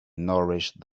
nourish